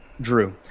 Drew